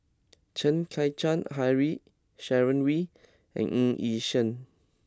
Chen Kezhan Henri Sharon Wee and Ng Yi Sheng